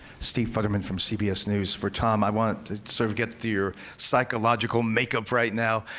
steve futterman, from cbs news. for tom, i want to sort of get to your psychological makeup right now.